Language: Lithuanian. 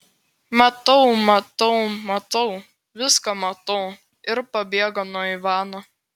matau matau matau viską matau ir pabėgo nuo ivano